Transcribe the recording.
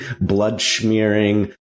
blood-smearing